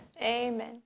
Amen